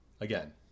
Again